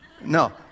No